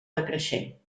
decreixent